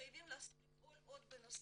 חייבים לפעול עוד בנושא.